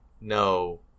no